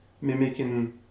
mimicking